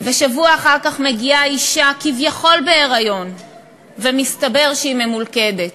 ושבוע אחר כך מגיעה אישה כביכול-בהריון ומסתבר שהיא ממולכדת.